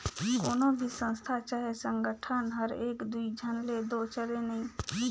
कोनो भी संस्था चहे संगठन हर एक दुई झन ले दो चले नई